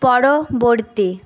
পরবর্তী